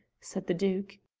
said the duke.